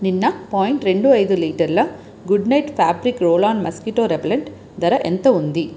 నిన్న పాయింట్ రెండు ఐదు లీటర్ల good night fabric roll on mosquito repellent ధర ఎంత ఉంది